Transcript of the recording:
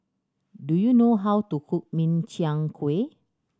do you know how to cook Min Chiang Kueh